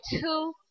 two